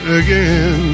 again